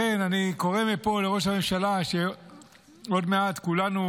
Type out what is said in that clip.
ולכן אני קורא מפה לראש הממשלה, שעוד מעט כולנו,